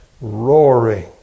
roaring